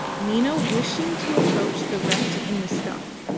nina wishing to approach the rent in the stuff,